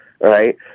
Right